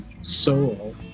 soul